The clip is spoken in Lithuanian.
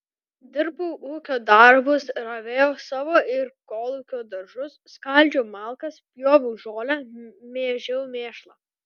dirbau ūkio darbus ravėjau savo ir kolūkio daržus skaldžiau malkas pjoviau žolę mėžiau mėšlą